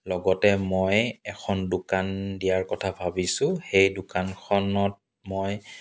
লগতে মই এখন দোকান দিয়াৰ কথা ভাবিছোঁ সেই দোকানখনত মই